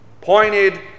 pointed